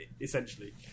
essentially